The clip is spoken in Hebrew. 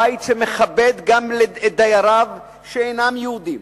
בית שמכבד גם את דייריו שאינם יהודים,